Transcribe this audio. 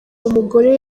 umugore